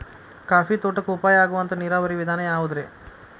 Coffee ತೋಟಕ್ಕ ಉಪಾಯ ಆಗುವಂತ ನೇರಾವರಿ ವಿಧಾನ ಯಾವುದ್ರೇ?